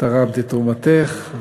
תרמת את תרומתך.